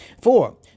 Four